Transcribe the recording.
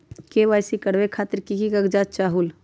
KYC करवे खातीर के के कागजात चाहलु?